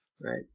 Right